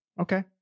Okay